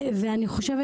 ואני חושבת